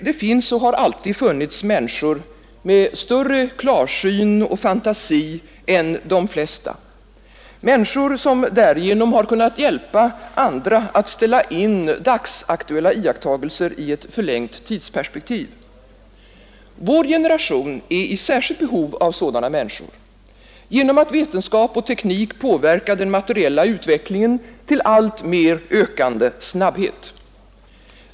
Det finns och har alltid funnits människor med större klarsyn och fantasi än de flesta, människor som därigenom har kunnat hjälpa andra att ställa in dagsaktuella iakttagelser i ett förlängt tidsperspektiv. Vår generation är i särskilt behov av sådana människor, genom att vetenskap och teknik påverkar den materiella utvecklingen till alltmer ökande snabbhet.